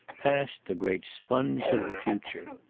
passed the great sponge of the future.